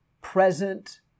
present